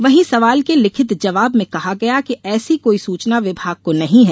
वहीं सवाल के लिखित जवाब में कहा गया है कि ऐसी कोई सूचना विभाग को नहीं है